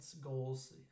goals